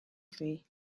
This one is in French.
vais